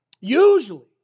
usually